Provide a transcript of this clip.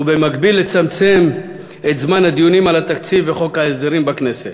ובמקביל לצמצם את זמן הדיונים על התקציב וחוק ההסדרים בכנסת.